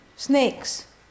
Snakes